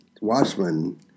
Watchmen